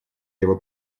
его